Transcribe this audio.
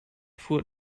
fuhr